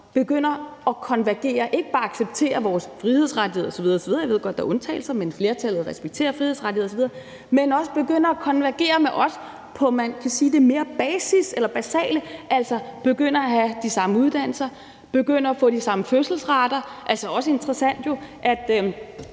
begynder at konvergere, ikke bare accepterer vores frihedsrettigheder osv. osv. – jeg ved godt, der er undtagelser, men flertallet respekterer frihedsrettigheder osv. – men også begynder at konvergere med os på det mere basale, kan man sige, altså begynder at have de samme uddannelser, begynder at få de samme fødselsrater. Det er jo også interessant, at